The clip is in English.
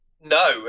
No